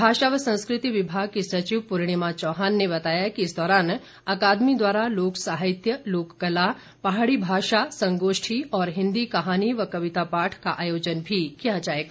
भाषा व संस्कृति विभाग की सचिव पूर्णिमा चौहान ने बताया कि इस दौरान अकादमी द्वारा लोक साहित्य लोक कला पहाड़ी भाषा संगोष्ठी और हिन्दी कहानी व कविता पाठ का आयोजन भी किया जाएगा